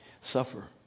suffer